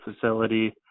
facility